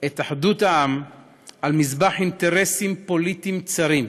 את אחדות העם על מזבח אינטרסים פוליטיים צרים.